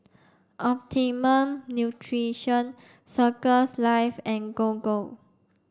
Optimum Nutrition Circles Life and Gogo